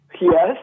Yes